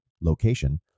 location